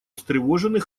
встревожены